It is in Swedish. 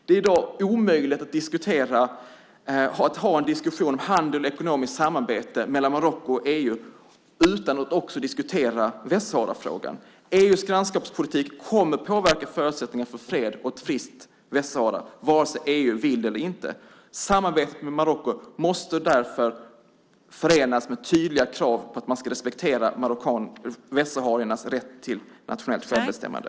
Det är i dag omöjligt att ha en diskussion om handel och ekonomiskt samarbete mellan Marocko och EU utan att också diskutera Västsaharafrågan. EU:s grannskapspolitik kommer att påverka förutsättningarna för fred och ett fritt Västsahara vare sig EU vill det eller inte. Samarbetet med Marocko måste därför förenas med tydliga krav på att respektera västsahariernas rätt till nationellt självbestämmande.